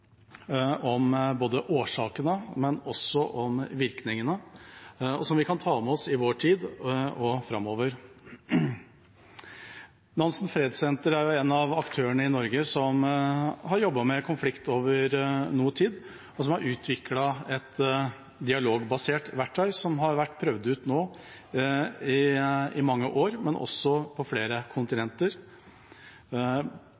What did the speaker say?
både om årsakene og om virkningene, som vi kan ta med oss i vår tid og framover. Nansen Fredssenter er en av aktørene i Norge som har jobbet med konflikt over noen tid. De har utviklet et dialogbasert verktøy som har vært prøvd ut i mange år, på flere